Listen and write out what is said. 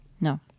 No